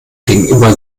gegenüber